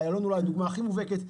ואיילון הוא אולי הדוגמה הכי מובהקת.